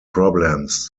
problems